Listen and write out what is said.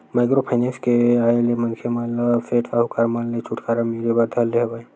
micro finance के आय ले मनखे मन ल अब सेठ साहूकार मन ले छूटकारा मिले बर धर ले हवय